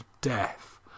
death